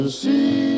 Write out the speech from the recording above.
see